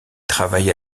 travaille